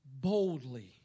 boldly